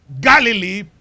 Galilee